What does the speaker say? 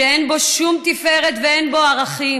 ואין בו שום תפארת ואין בו ערכים.